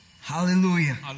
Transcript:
Hallelujah